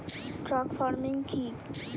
Truck farming কি?